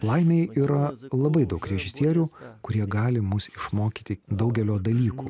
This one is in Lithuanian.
laimei yra labai daug režisierių kurie gali mus išmokyti daugelio dalykų